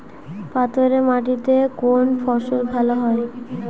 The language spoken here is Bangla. পাথরে মাটিতে কোন ফসল ভালো হয়?